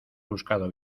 buscado